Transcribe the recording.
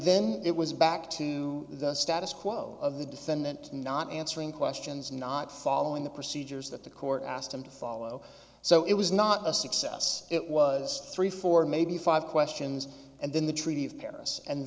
then it was back to the status quo of the defendant not answering questions not following the procedures that the court asked him to follow so it was not a success it was three four maybe five questions and then the t